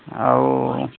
ଆଉ